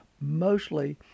mostly